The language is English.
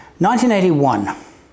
1981